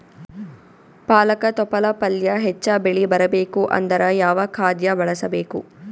ಪಾಲಕ ತೊಪಲ ಪಲ್ಯ ಹೆಚ್ಚ ಬೆಳಿ ಬರಬೇಕು ಅಂದರ ಯಾವ ಖಾದ್ಯ ಬಳಸಬೇಕು?